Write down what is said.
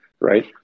right